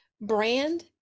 brand